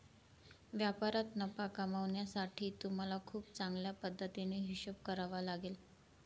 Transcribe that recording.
व्यापारात नफा कमावण्यासाठी तुम्हाला खूप चांगल्या पद्धतीने हिशोब करावा लागेल